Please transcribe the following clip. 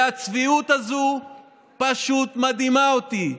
הצביעות הזאת פשוט מדהימה אותי.